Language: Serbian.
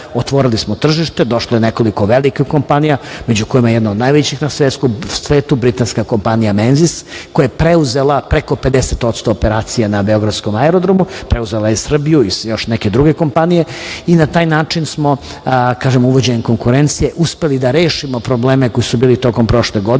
otvorili smo tržište, došlo je nekoliko velikih kompanije, među kojima je jedna od najvećih na svetu, britanska kompanija "Menzis", koja je preuzela preko 50% operacija na beogradskom aerodromu, preuzela je i Srbiju i još neke druge kompanije. Na taj način smo, kažem uvođenjem konkurencije, uspeli da rešimo problemi koji su bili tokom prošle godine. Uvek